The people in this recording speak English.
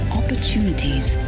opportunities